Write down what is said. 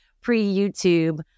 pre-YouTube